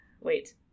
Wait